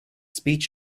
speech